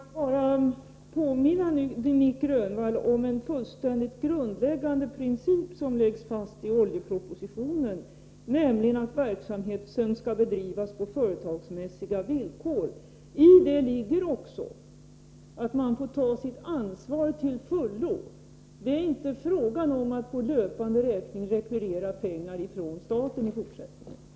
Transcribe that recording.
Herr talman! Får jag bara påminna Nic Grönvall om en absolut grundläggande princip som läggs fast i oljepropositionen, nämligen att verksamheten skall bedrivas på företagsmässiga villkor. I den principen ligger också att man får ta sitt ansvar till fullo. Det är inte fråga om att på löpande räkning rekvirera pengar från staten i fortsättningen.